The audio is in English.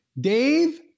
Dave